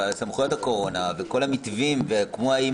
סמכויות הקורונה וכל המתווים כמו האיים